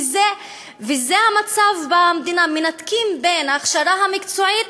וזה המצב במדינה: מנתקים בין הכשרה מקצועית,